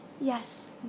Yes